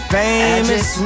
famous